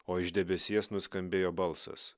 o iš debesies nuskambėjo balsas